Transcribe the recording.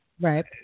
Right